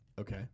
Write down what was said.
Okay